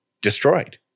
destroyed